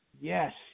Yes